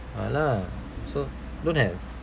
ya lah so don't have